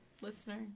listener